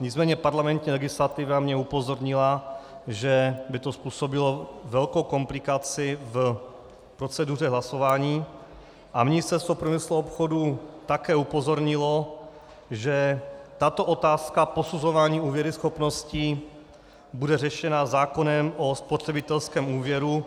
Nicméně parlamentní legislativa mě upozornila, že by to způsobilo velkou komplikaci v proceduře hlasování, a Ministerstvo průmyslu a obchodu také upozornilo, že tato otázka posuzování úvěruschopnosti bude řešena zákonem o spotřebitelském úvěru,